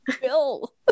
Bill